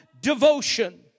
devotion